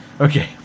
Okay